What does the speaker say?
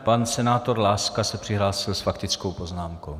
Pan senátor Láska se přihlásil s faktickou poznámkou.